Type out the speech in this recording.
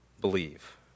believe